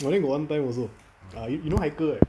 ah then got one time also ah you you know haikal right